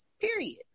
Period